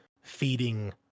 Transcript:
feeding